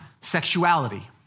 sexuality